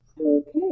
Okay